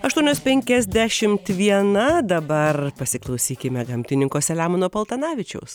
aštuonios penkiasdešimt viena dabar pasiklausykime gamtininko selemono paltanavičiaus